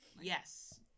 Yes